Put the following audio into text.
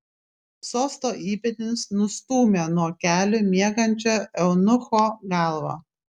sosto įpėdinis nustūmė nuo kelių miegančio eunucho galvą